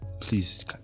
please